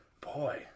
boy